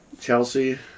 Chelsea